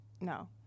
No